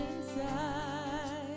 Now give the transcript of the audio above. inside